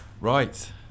right